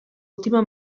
última